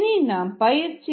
இனி நாம் பயிற்சி வினா 2